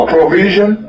provision